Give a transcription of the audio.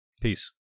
Peace